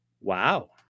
wow